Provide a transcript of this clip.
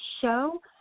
show